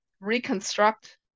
reconstruct